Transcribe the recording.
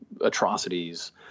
atrocities